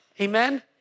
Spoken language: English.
Amen